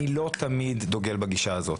אני לא תמיד דוגל בגישה הזאת.